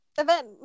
event